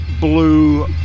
blue